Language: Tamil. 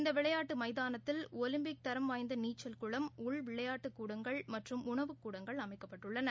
இந்தவிளையாட்டுமைதானத்தில் ஒலிம்பிக் தரம் வாய்ந்தநீச்சல் குளம் உள் விளையாட்டுக் கூடங்கள் மற்றும் உணவுக்கூடங்கள் அமைக்கப்பட்டுள்ளன